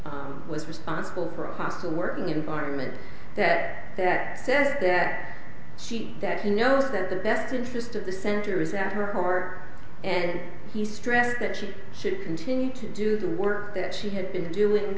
claims was responsible for a hostile work environment that that says that she that he knows that the best interest of the center is that her heart and he stressed that she should continue to do the work that she had been doing